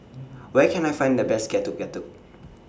Where Can I Find The Best Getuk Getuk